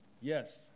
Yes